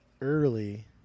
early